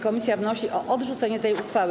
Komisja wnosi o odrzucenie tej uchwały.